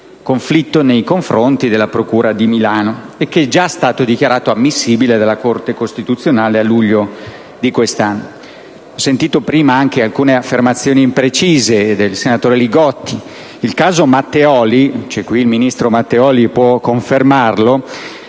conflitto nei confronti della procura di Milano, che già è stato dichiarato ammissibile dalla Corte costituzionale nel luglio di quest'anno. Ho sentito prima alcune affermazioni imprecise del senatore Li Gotti. Il caso Matteoli (è qui presente il ministro Matteoli e può confermarlo)